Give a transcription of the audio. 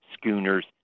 schooners